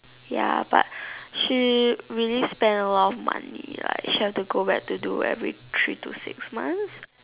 ya but she really spend a lot of money like she have to go back to do every three to six months